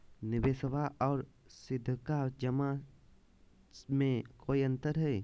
निबेसबा आर सीधका जमा मे कोइ अंतर हय?